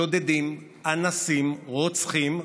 שודדים, אנסים, רוצחים.